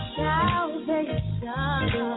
salvation